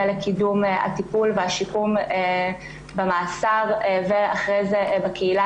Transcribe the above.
לקידום הטיפול והשיקום האסירים במאסר ואחר כך בקהילה